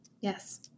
Yes